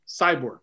cyborg